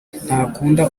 ntakunda